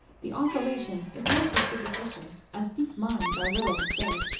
the oscillation is mostly superficial, as deep mines are little disturbed.